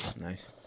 Nice